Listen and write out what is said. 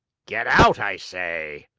get out, i say!